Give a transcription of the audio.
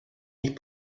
nicht